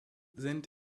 sind